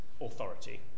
authority